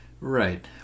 Right